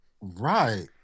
right